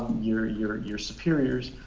your your your superiors.